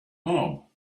mob